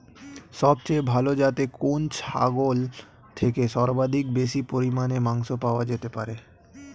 সবচেয়ে ভালো যাতে কোন ছাগল থেকে সর্বাধিক বেশি পরিমাণে মাংস পাওয়া যেতে পারে?